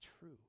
true